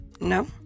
No